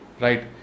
right